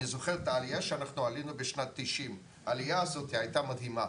אני זוכר את העלייה שעלינו בשנת 1990 וזו הייתה עליה מדהימה,